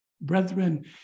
Brethren